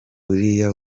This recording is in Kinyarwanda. buriya